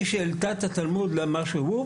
היא שהעלתה את התלמוד למה שהוא,